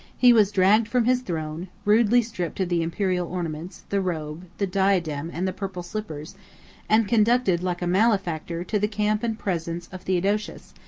he was dragged from his throne, rudely stripped of the imperial ornaments, the robe, the diadem, and the purple slippers and conducted, like a malefactor, to the camp and presence of theodosius,